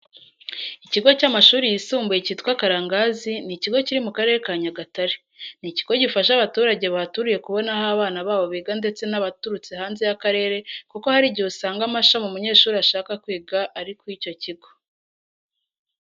Ikigo cy'amashuri yisumbuye cyitwa Karangazi ni ikigo kiri mu Karere ka Nyagatare. Ni ikigo gifasha abaturage bahaturiye kubona aho abana babo biga ndetse n'abaturutse hanze y'akarere kuko hari igihe usanga amashami umunyeshuri ashaka kwiga ari ku kigo runaka.